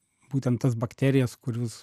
būtent tas bakterijas kur jūs